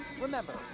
Remember